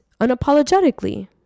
unapologetically